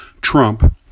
Trump